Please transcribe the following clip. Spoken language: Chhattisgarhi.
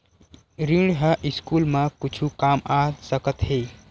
ऋण ह स्कूल मा कुछु काम आ सकत हे?